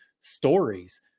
Stories